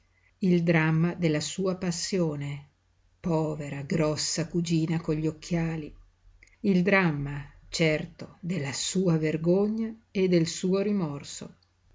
il dramma della sua passione povera grossa cugina con gli occhiali il dramma certo della sua vergogna e del suo rimorso